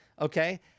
okay